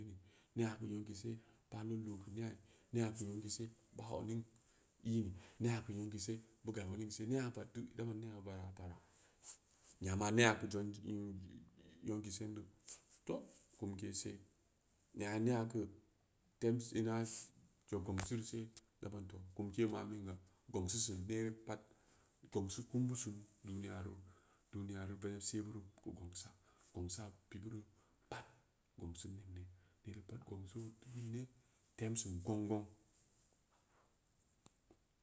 Nee kumbin se, falil bi meg nea, nea kunɓin se, da odning ini? Nea kun bin se, i gab oɗning se, nea ko tud areu bin neu keu ta ni, nyama nea zag keu nyonki sonddeu, kai kumke see, nya neo ko tem ina zang kum siru-soor oɓim ko kumke mamm na, gongseu seu babin pad gongsen kum sin ɗuniya roo, ɗuniya re veneb se bin geu gongsa gongsa pi’ binpad gongseu bauura mene pad gongseu oo teu sin gongseu oo teu ningni. tem sin gong- gong.